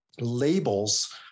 labels